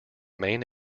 main